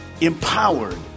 empowered